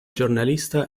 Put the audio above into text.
giornalista